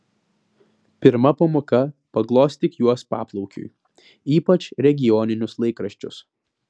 pirma pamoka paglostyk juos paplaukiui ypač regioninius laikraščius